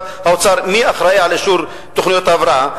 האוצר מי אחראי על אישור תוכניות ההבראה.